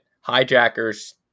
hijackers